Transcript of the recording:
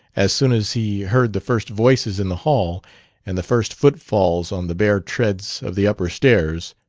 as soon as he heard the first voices in the hall and the first footfalls on the bare treads of the upper stairs,